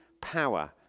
power